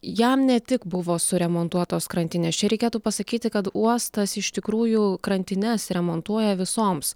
jam ne tik buvo suremontuotos krantinės čia reikėtų pasakyti kad uostas iš tikrųjų krantines remontuoja visoms